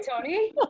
Tony